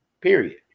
Period